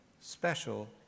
special